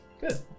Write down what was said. Good